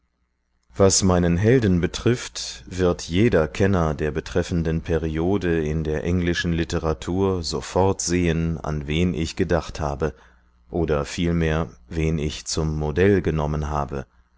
was meinen helden betrifft wird jeder kenner der betreffenden periode in der englischen literatur sofort sehen an wen ich gedacht habe oder vielmehr wen ich zum modell genommen habe